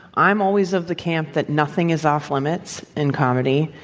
i'm always of the camp that nothing is off limits in comedy,